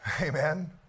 amen